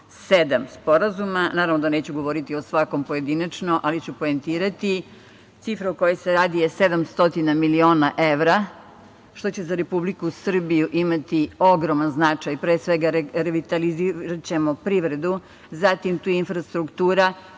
sporazuma. Naravno da neću govoriti o svakom pojedinačno, ali ću poentirati. Cifra o kojoj se radi je 700 miliona evra, što će za Republiku Srbiju imati ogroman značaj, pre svega revitaliziraćemo privredu. Zatim, tu je infrastruktura,